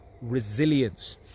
resilience